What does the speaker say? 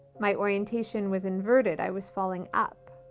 my orientation was inverted, i was falling up.